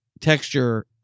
texture